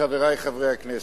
חברי חברי הכנסת,